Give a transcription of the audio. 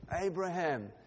Abraham